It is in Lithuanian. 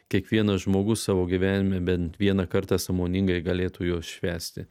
kiekvienas žmogus savo gyvenime bent vieną kartą sąmoningai galėtų švęsti